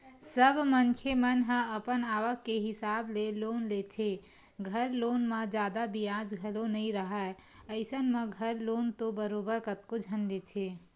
सब मनखे मन ह अपन आवक के हिसाब ले लोन लेथे, घर लोन म जादा बियाज घलो नइ राहय अइसन म घर लोन तो बरोबर कतको झन लेथे